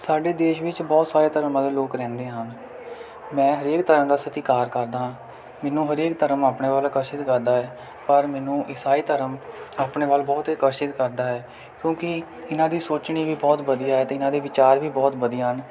ਸਾਡੇ ਦੇਸ਼ ਵਿੱਚ ਬਹੁਤ ਸਾਰੇ ਧਰਮਾਂ ਦੇ ਲੋਕ ਰਹਿੰਦੇ ਹਨ ਮੈਂ ਹਰੇਕ ਧਰਮ ਦਾ ਸਤਿਕਾਰ ਕਰਦਾ ਹਾਂ ਮੈਨੂੰ ਹਰੇਕ ਧਰਮ ਆਪਣੇ ਵੱਲ ਆਕਰਸ਼ਿਤ ਕਰਦਾ ਹੈ ਪਰ ਮੈਨੂੰ ਈਸਾਈ ਧਰਮ ਆਪਣੇ ਵੱਲ ਬਹੁਤ ਆਕਰਸ਼ਿਤ ਕਰਦਾ ਹੈ ਕਿਉਂਕਿ ਇਹਨਾਂ ਦੀ ਸੋਚਣੀ ਵੀ ਬਹੁਤ ਵਧੀਆ ਹੈ ਅਤੇ ਇਹਨਾਂ ਦੇ ਵਿਚਾਰ ਵੀ ਬਹੁਤ ਵਧੀਆ ਹਨ